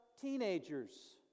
teenagers